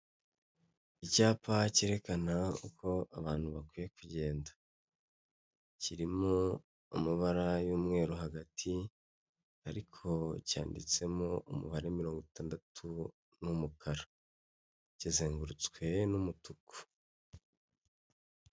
Icyapa cyerekana uko abantu bakwiye kugenda kirimo amabara y'umweru hagati, ariko cyanditsemo umubare mirongo itandatu n'umukara kizengurutswe n'umutuku.